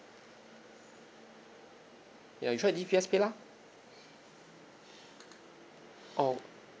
ya you try D_B_S paylah oh